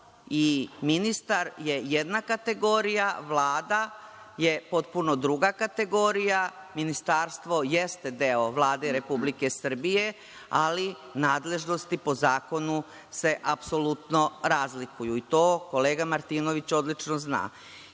i ministar je jedna kategorija, Vlada je potpuno druga kategorija. Ministarstvo jeste deo Vlade Republike Srbije, ali nadležnosti po zakonu se apsolutno razlikuju, i to kolega Martinović odlično zna. Mi